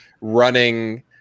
running